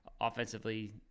offensively